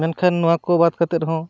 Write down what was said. ᱢᱮᱱᱠᱷᱟᱱ ᱱᱚᱣᱟ ᱠᱚ ᱵᱟᱫᱽ ᱠᱟᱛᱮᱫ ᱨᱮᱦᱚᱸ